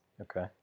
Okay